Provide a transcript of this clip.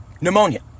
pneumonia